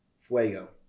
fuego